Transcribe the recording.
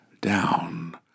down